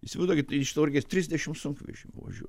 įsivaizduokit iš tauragės trisdešim sunkvežimių važiuoj